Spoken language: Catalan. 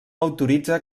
autoritza